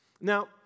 Now